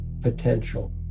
potential